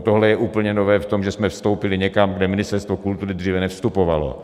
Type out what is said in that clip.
Tohle je úplně nové v tom, že jsme vstoupili někam, kde Ministerstvo kultury dříve nevstupovalo.